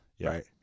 Right